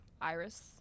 Iris